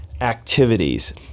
activities